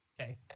okay